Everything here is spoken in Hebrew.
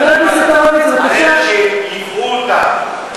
אני מדבר על אלה שייבאו אותם.